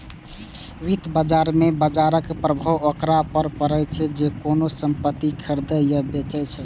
वित्त बाजार मे बाजरक प्रभाव ओकरा पर पड़ै छै, जे कोनो संपत्ति खरीदै या बेचै छै